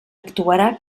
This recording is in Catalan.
actuarà